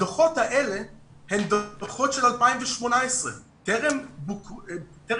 הדוחות האלה הם דוחות של 2018. טרם בוצעה